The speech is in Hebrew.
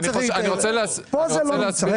פה זה לא נמצא,